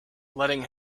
letting